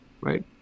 right